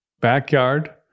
backyard